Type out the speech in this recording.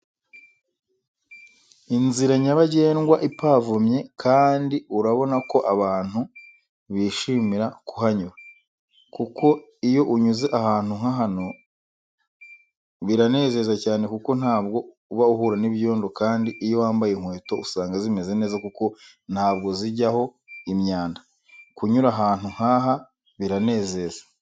Inzira nyabagendwa ipavomye kandi urabona ko abantu bishimira kuhanyura, kuko iyo unyuze ahantu nka hano biranezeza cyane kuko ntabwo uba uhura n'ibyondo kandi iyo wambaye inkweto usanga zimeze neza kuko ntabwo zijyaho imyanda, kunyura ahantu nkaha biranezeza.